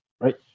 right